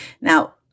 Now